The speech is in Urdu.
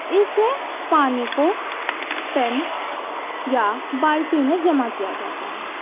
اس سے پانی کو ٹین یا بالٹی میں جمع کیا جاتا ہے